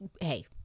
hey